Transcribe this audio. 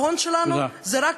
ההון שלנו זה, תודה.